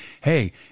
Hey